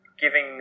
giving